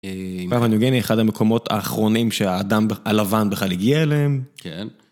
אהה פפה ניו גיאנה אחד המקומות האחרונים שהאדם הלבן בכלל הגיע אליהם. כן.